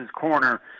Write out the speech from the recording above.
corner